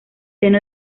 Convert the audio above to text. seno